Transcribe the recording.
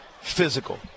physical